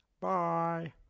Bye